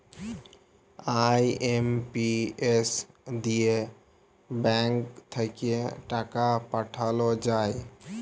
IMPS দিয়ে bank থাক্যে টাকা পাঠাল যায়